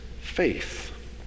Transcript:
faith